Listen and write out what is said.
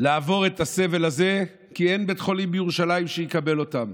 לעבור את הסבל הזה כי אין בית חולים בירושלים שיקבל אותם.